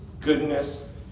goodness